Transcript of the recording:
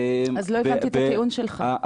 אז לא הבנתי את הטיעון שלך.